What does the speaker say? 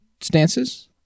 stances